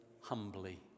humbly